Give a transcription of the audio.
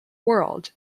world